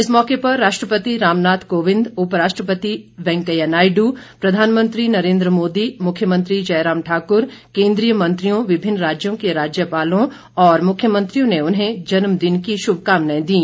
इस मौके पर राष्ट्रपति रामनाथ कोविंद उप राष्ट्रपति वेंकैया नायडू प्रधानमंत्री नरेन्द्र मोदी मुख्यमंत्री जयराम ठाकुर केन्द्रीय मंत्रियों विभिन्न राज्यों के राज्यपालों और मुख्यमंत्रियों ने उन्हें जन्मदिन की शुभकामनाएं दीं